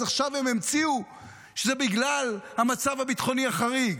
אז עכשיו הם המציאו שזה בגלל המצב הביטחוני החריג.